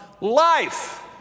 life